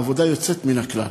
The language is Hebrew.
עבודה יוצאת מן הכלל.